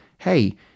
hey